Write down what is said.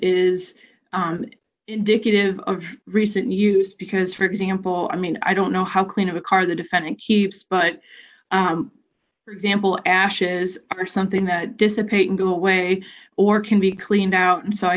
is indicative of recent use because for example i mean i don't know how clean of a car the defendant keeps but for example ashes are something that dissipate and go away or can be cleaned out and so i